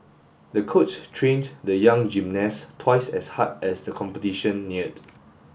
the coach trained the young gymnast twice as hard as the competition neared